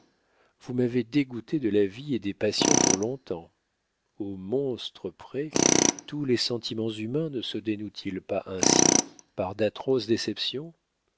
vous m'avez dégoûtée de la vie et des passions pour long-temps au monstre près tous les sentiments humains ne se dénouent ils pas ainsi par d'atroces